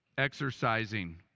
exercising